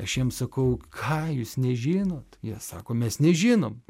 aš jiems sakau ką jūs nežinot jie sako mes nežinom